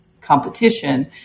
competition